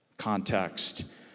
Context